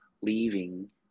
leaving